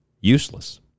useless